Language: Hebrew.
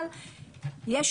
אבל יש